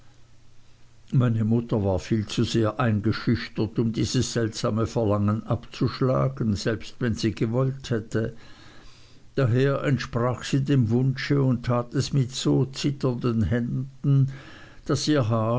meine mutter war viel zu sehr eingeschüchtert um dieses seltsame verlangen abzuschlagen selbst wenn sie gewollt hätte daher entsprach sie dem wunsche und tat es mit so zitternden händen daß ihr haar